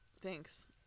Thanks